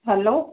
hello